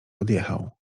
odjechał